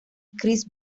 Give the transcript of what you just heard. chris